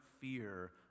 fear